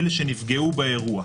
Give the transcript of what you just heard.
אלה שנפגעו באירוע.